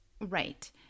Right